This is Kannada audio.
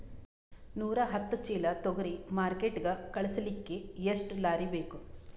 ನೂರಾಹತ್ತ ಚೀಲಾ ತೊಗರಿ ಮಾರ್ಕಿಟಿಗ ಕಳಸಲಿಕ್ಕಿ ಎಷ್ಟ ಲಾರಿ ಬೇಕು?